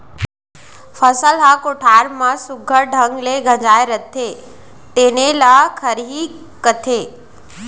फसल ह कोठार म सुग्घर ढंग ले गंजाय रथे तेने ल खरही कथें